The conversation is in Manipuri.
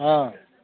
ꯑꯥ